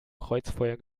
kreuzfeuer